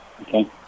Okay